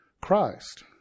Christ